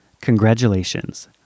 congratulations